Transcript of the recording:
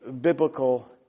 biblical